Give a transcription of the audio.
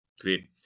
Great